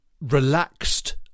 relaxed